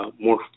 more